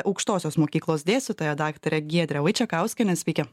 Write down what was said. aukštosios mokyklos dėstytoja daktare giedre vaičekauskiene sveiki